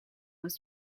was